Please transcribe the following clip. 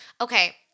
Okay